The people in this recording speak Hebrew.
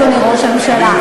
אדוני ראש הממשלה,